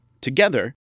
Together